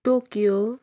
Tokyo